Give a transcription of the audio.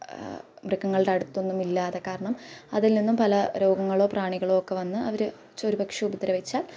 മൃഗങ്ങളുടെ അടുത്തൊന്നുമില്ലാതെ കാരണം അതിൽ നിന്നും പല രോഗങ്ങളോ പ്രാണികളോ ഒക്കെ വന്ന് അവർ ച്ച് ഒരു പക്ഷെ ഉപദ്രവിച്ചാൽ